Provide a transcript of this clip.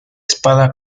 espada